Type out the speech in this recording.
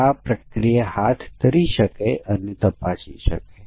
ચાલો જોઈએ કે કયા વિશિષ્ટ મૂલ્યો છે જેમાં પ્રોગ્રામ નિષ્ફળ થઈ શકે છે